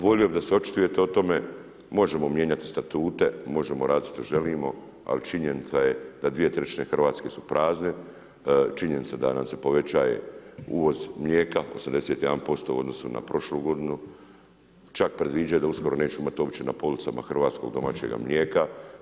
Volio bih da se očitujete o tome, možemo mijenjati statute, možemo raditi što želimo ali činjenica je da dvije trećine Hrvatske su prazne, činjenica da nam se povećava uvoz mlijeka, 81% u odnosu na prošlu godinu, čak predviđaju da uskoro nećemo imati uopće na policama hrvatskog domaćega mlijeka.